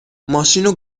ماشینو